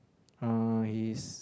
uh his